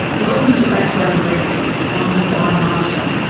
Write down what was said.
welcome to background briefing, i'm di martin.